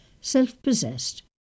self-possessed